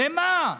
למה,